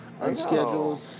unscheduled